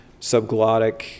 Subglottic